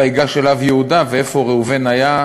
"ויגש אליו יהודה" ואיפה ראובן היה,